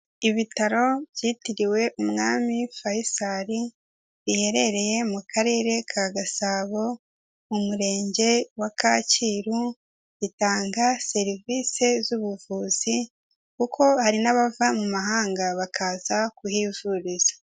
Ibitaro byitiriwe umwami Fayisari biherereye mu karere ka Gasabo mu murenge wa Kacyiru bitanga serivise z'ubuvuzi kuko hari n'abava mu mahanga bakaza kuhivuriza.